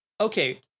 okay